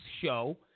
show